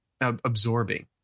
absorbing